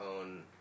own